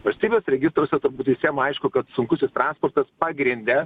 valstybės registruose turbūt visiem aišku kad sunkusis transportas pagrinde